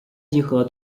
集合